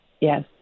Yes